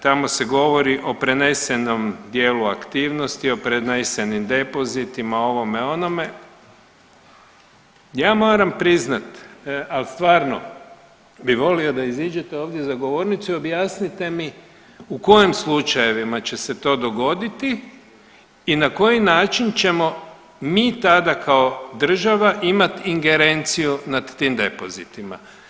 Tamo se govori o prenesenom dijelu aktivnosti, o prenesenim depozitima, ovome, onome, ja moram priznat, al stvarno bi volio da iziđete ovdje za govornicu i objasnite mi u kojim slučajevima će se to dogoditi i na koji način ćemo mi tada kao država imati ingerenciju nad tim depozitima.